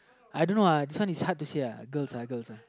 I don't know lah this one is hard to say lah girls uh girls uh